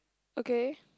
okay